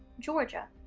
georgia,